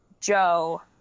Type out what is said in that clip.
Joe